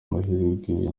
amahirwe